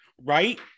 right